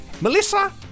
Melissa